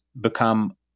become